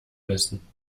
wissen